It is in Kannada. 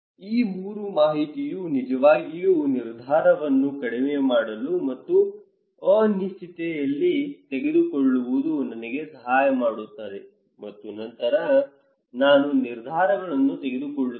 ಈ 3 ಮಾಹಿತಿಯು ನಿಜವಾಗಿಯೂ ನಿರ್ಧಾರವನ್ನು ಕಡಿಮೆ ಮಾಡಲು ಮತ್ತು ಅನಿಶ್ಚಿತತೆಯಲ್ಲಿ ತೆಗೆದುಕೊಳ್ಳುವುದು ನನಗೆ ಸಹಾಯ ಮಾಡುತ್ತದೆ ಮತ್ತು ನಂತರ ನಾನು ನಿರ್ಧಾರಗಳನ್ನು ತೆಗೆದುಕೊಳ್ಳುತ್ತೇನೆ